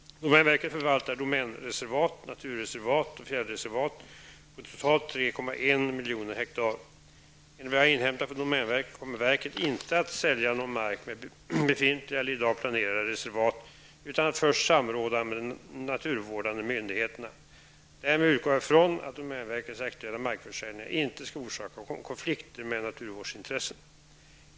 miljoner hektar. Enligt vad jag inhämtat från domänverket kommer verket inte att sälja någon mark med befintliga eller i dag planerade reservat utan att först samråda med de naturvårdande myndigheterna. Därmed utgår jag från att domänverkets aktuella markförsäljningar inte skall orsaka konflikter med naturvårdsintressen.